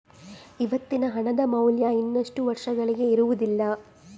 ಇವತ್ತಿನ ಹಣದ ಮೌಲ್ಯ ಇನ್ನಷ್ಟು ವರ್ಷಗಳಿಗೆ ಇರುವುದಿಲ್ಲ